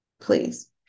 please